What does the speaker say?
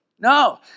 No